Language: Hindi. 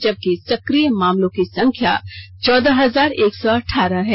जबकि सक्रिय मामलों की संख्या चौदह हजार एक सौ अठारह है